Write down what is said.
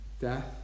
death